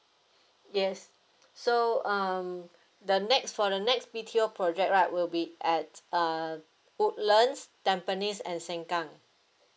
yes so um the next for the next meet B_T_O right will be at uh woodlands tampines and sengkang